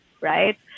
right